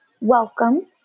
welcome